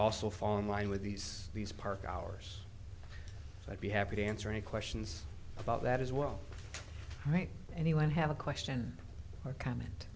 also fall in line with these these park hours so i'd be happy to answer any questions about that as well right anyone have a question or comment